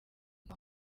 ngo